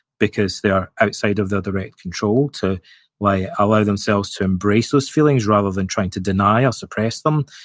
because they are outside of their direct control, to like allow themselves to embrace those feelings rather than trying to deny or suppress them,